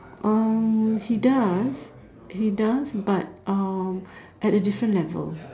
um he does he does but um at a different level